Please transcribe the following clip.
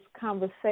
conversation